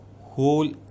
whole